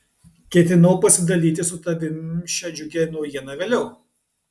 ketinau pasidalyti su tavimi šia džiugia naujiena vėliau